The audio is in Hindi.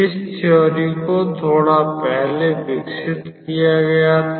इस सिद्धांत को थोड़ा पहले विकसित किया गया था